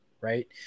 Right